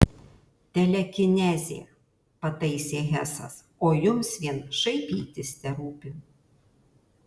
telekinezė pataisė hesas o jums vien šaipytis terūpi